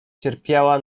cierpiała